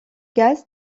gaz